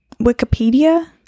Wikipedia